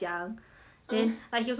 then like he also don't know what to do